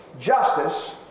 Justice